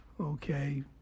okay